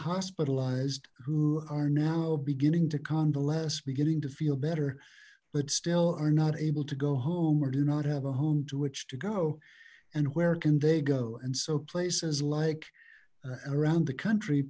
hospitalized who are now beginning to convalesce beginning to feel better but still are not able to go home or do not have a home to which to go and where can they go and so places like around the country